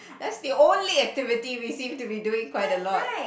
that's the only activity we seem to be doing quite a lot